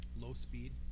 low-speed